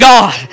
God